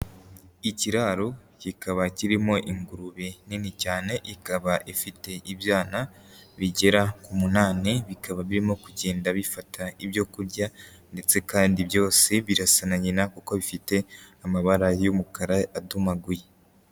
Ikiraro kikaba kirimo ingurube nini cyane, ikaba ifite ibyana bigera ku munani bikaba birimo kugenda bifata ibyo kurya, ndetse kandi byose birasa na nyina kuko bifite amabara y'umukara adumaguye.